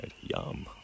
Yum